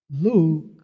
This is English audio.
Luke